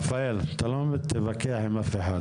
אתה לא מתווכח עם אף אחד.